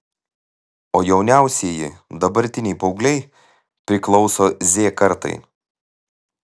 o jauniausieji dabartiniai paaugliai priklauso z kartai